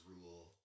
rule